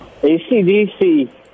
ACDC